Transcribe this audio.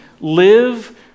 Live